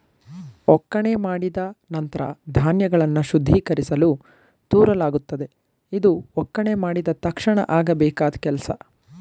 ಒಕ್ಕಣೆ ಮಾಡಿದ ನಂತ್ರ ಧಾನ್ಯಗಳನ್ನು ಶುದ್ಧೀಕರಿಸಲು ತೂರಲಾಗುತ್ತದೆ ಇದು ಒಕ್ಕಣೆ ಮಾಡಿದ ತಕ್ಷಣ ಆಗಬೇಕಾದ್ ಕೆಲ್ಸ